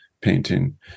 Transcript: painting